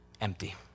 empty